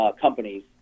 companies